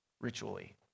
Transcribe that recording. ritually